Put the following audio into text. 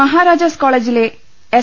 മഹാരാജാസ് കോളേജിലെ എസ്